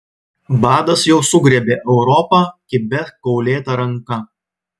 badas jau sugriebė europą kibia kaulėta ranka